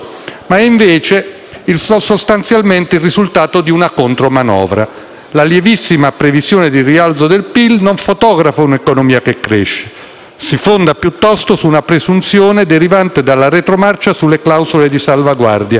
ma è invece, sostanzialmente, il risultato di una contromanovra. La lievissima previsione di rialzo del PIL non fotografa un'economia che cresce: si fonda piuttosto su una presunzione derivante dalla retromarcia sulle clausole di salvaguardia,